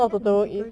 it's just a mythical